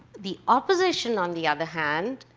the opposition, on the other hand,